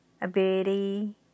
ability